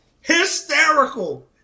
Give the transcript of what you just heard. hysterical